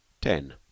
ten